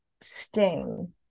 sting